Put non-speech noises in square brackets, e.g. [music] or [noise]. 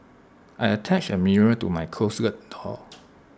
I attached A mirror to my closet door [noise]